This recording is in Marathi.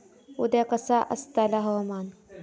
उद्या कसा आसतला हवामान?